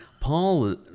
Paul